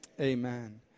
amen